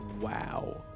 Wow